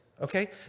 Okay